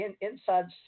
inside